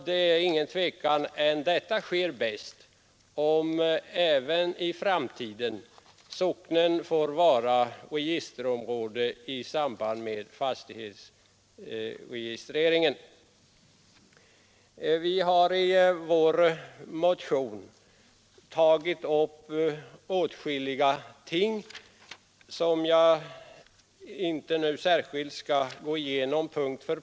Det är inget tvivel om att detta sker bäst om Torsdagen den även i framtiden socknen får vara registerområde i samband med 22 mars 1973 fastighetsregistreringen. ARA SNORR ES SRSNESSET Vi har i vår motion tagit upp åtskilliga ting som jag inte nu skall gå Riktlinjer för fastig igenom närmare.